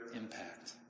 impact